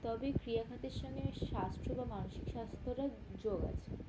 তবে ক্রিয়া খাতের সঙ্গে স্বাস্থ্য বা মানসিক স্বাস্থ্যরা যোগ আছে